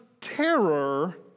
terror